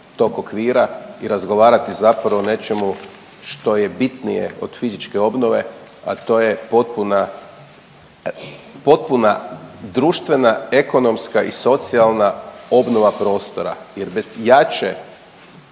tog okvira i razgovarati zapravo o nečemu što je bitnije od fizičke obnove, a to je potpuna potpuna društvena, ekonomska i socijalna obnova prostora jer bez jače,